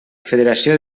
federació